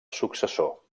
successor